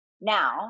now